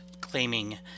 claiming